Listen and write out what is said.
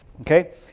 Okay